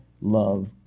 love